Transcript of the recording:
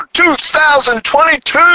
2022